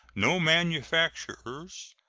no manufactures.